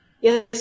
Yes